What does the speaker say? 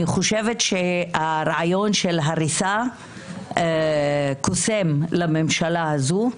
אני חושבת שרעיון של הריסה קוסם לממשלה הזאת,